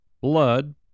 blood